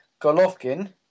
Golovkin